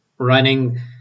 running